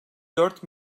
dört